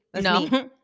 No